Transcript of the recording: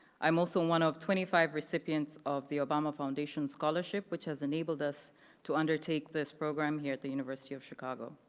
i am also one of twenty five recipients of the obama foundation scholarship, which has enabled us to undertake this program here at the university of chicago.